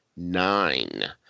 nine